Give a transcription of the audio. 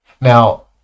now